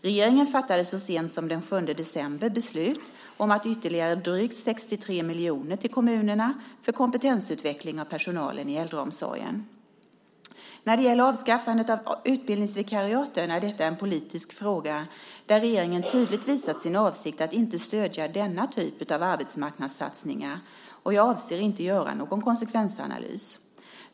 Regeringen fattade så sent som den 7 december beslut om ytterligare drygt 63 miljoner till kommunerna för kompetensutveckling av personalen i äldreomsorgen. Avskaffandet av utbildningsvikariaten är en politisk fråga där regeringen tydligt visat sin avsikt att inte stödja denna typ av arbetsmarknadssatsningar, och jag avser inte att låta göra någon konsekvensanalys.